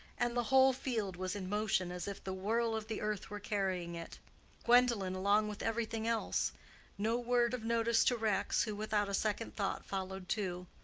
and the whole field was in motion as if the whirl of the earth were carrying it gwendolen along with everything else no word of notice to rex, who without a second thought followed too.